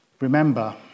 remember